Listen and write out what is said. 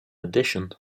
addition